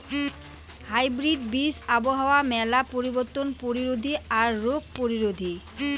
hybrid বীজ আবহাওয়ার মেলা পরিবর্তন প্রতিরোধী আর রোগ প্রতিরোধী